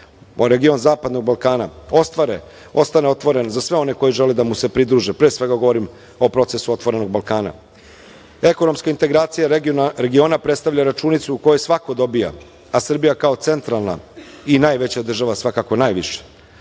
region Zapadnog Balkana, ostane otvoren za sve one koji žele da mu se pridruže, pre svega govorim o procesu Otvorenog Balkana. Ekonomske integracije regiona predstavljaju računicu u kojoj svako dobija, a Srbija kao centralna i najveća država svakako